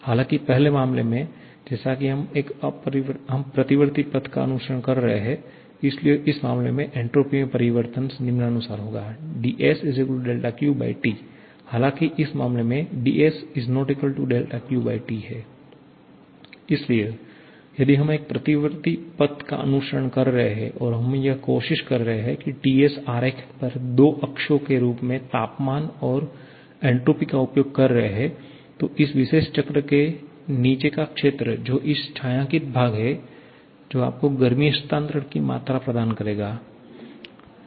हालाँकि पहले मामले में जैसा कि हम एक प्रतिवर्ती पथ का अनुसरण कर रहे हैं इसलिए इस मामले में एन्ट्रापी में परिवर्तन निम्नानुसार होगा 𝑑𝑆 𝛿𝑄T हालाँकि इस मामले में 𝑑𝑆 𝛿𝑄T इसलिए यदि हम एक प्रतिवर्ती पथ का अनुसरण कर रहे हैं और हम यह कोशिश कर रहे हैं कि TS आरेख पर दो अक्षों के रूप में तापमान और एन्ट्रापी का उपयोग कर रहे हैं तो इस विशेष वक्र के नीचे का क्षेत्र जो इस छायांकित भाग है जो आपको गर्मी हस्तांतरण की मात्रा प्रदान करेगा यह